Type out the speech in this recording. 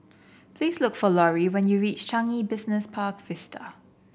please look for Lori when you reach Changi Business Park Vista